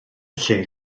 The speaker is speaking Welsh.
lle